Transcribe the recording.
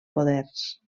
poders